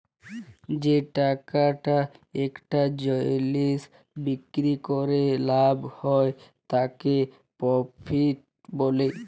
যে টাকাটা একটা জিলিস বিক্রি ক্যরে লাভ হ্যয় তাকে প্রফিট ব্যলে